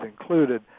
included